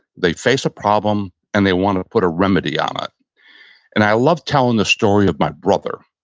they face a problem and they want to put a remedy on it and i love telling the story of my brother.